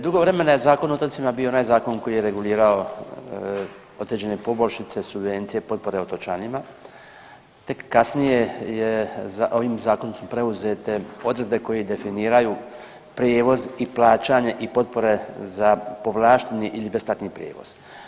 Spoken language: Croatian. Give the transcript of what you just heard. Dugo vremena je Zakon o otocima bio onaj zakon koji je regulirao određene poboljšice, subvencije, potpore otočanima, tek kasnije ovim zakonom su preuzete odredbe koje definiraju prijevoz i plaćanje i potpore za povlašteni ili besplatni prijevoz.